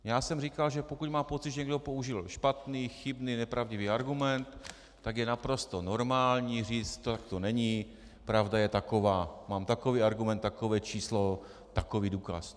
Já jsem říkal, že pokud má pocit, že někdo použil špatný, chybný, nepravdivý argument, tak je naprosto normální říci tak to není, pravda je taková, mám takový argument, takové číslo, takový důkaz.